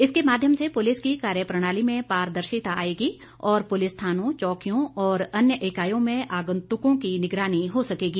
इसके माध्यम से पुलिस की कार्यप्रणाली में पारदर्शिता आएगी और पुलिस थानों चौकियों और अन्य इकाईयों में आंगतुकों की निगरानी हो सकेगी